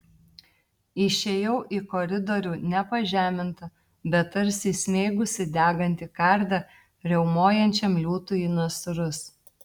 išėjau į koridorių ne pažeminta bet tarsi įsmeigusi degantį kardą riaumojančiam liūtui į nasrus